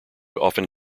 often